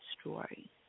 story